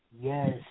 Yes